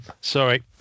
Sorry